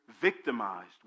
victimized